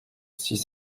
six